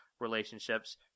relationships